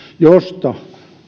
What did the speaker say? josta